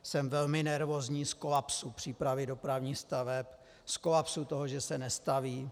Jsem velmi nervózní z kolapsu přípravy dopravních staveb, z kolapsu toho, že se nestaví.